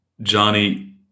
Johnny